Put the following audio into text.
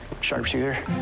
sharpshooter